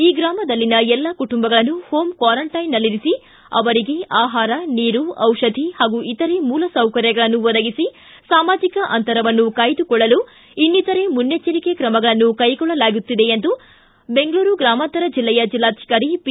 ಈ ಗ್ರಾಮದಲ್ಲಿನ ಎಲ್ಲಾ ಕುಟುಂಬಗಳನ್ನು ಹೋಂ ಕ್ವಾರಂಟೈನ್ನಲ್ಲಿರಿಸಿ ಅವರಿಗೆ ಆಹಾರ ನೀರು ಜಿಷಧಿ ಹಾಗೂ ಇತರೆ ಮೂಲ ಸೌಕರ್ಯಗಳನ್ನು ಒದಗಿಸಿ ಸಾಮಾಜಕ ಅಂತರವನ್ನು ಕಾಯ್ದುಕೊಳ್ಳಲು ಇನ್ನಿತರೆ ಮುನ್ನೆಚ್ಚರಿಕೆ ಕ್ರಮಗಳನ್ನು ಕೈಗೊಳ್ಳಲಾಗುತ್ತಿದೆ ಎಂದು ಬೆಂಗಳೂರು ಗ್ರಾಮಾಂತರ ಜಿಲ್ಲೆಯ ಜಿಲ್ಲಾಧಿಕಾರಿ ಪಿ